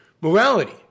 morality